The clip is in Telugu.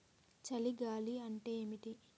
చలి గాలి అంటే ఏమిటి?